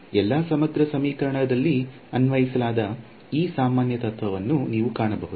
ಎಲ್ಲಾ ಸಮಗ್ರ ಸಮೀಕರಣದಲ್ಲಿ ಅನ್ವಯಿಸಲಾದ ಈ ಸಾಮಾನ್ಯ ತತ್ವವನ್ನು ನೀವು ಕಾಣಬಹುದು